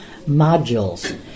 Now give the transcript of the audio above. modules